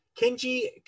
Kenji